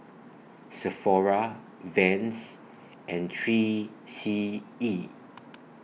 Sephora Vans and three C E